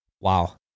Wow